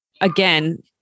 again